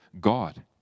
God